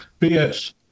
BS